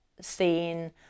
seen